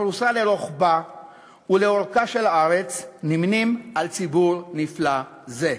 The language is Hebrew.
הפרוסה לאורכה של הארץ נמנים עם ציבור נפלא זה.